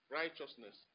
righteousness